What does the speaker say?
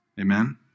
Amen